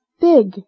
Big